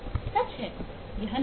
सच है यह नहीं है